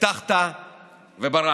הבטחת וברחת,